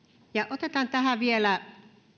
otetaan tähän vielä